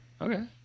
Okay